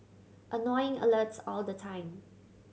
annoying alerts all the time